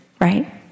right